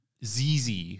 zz